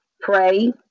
Pray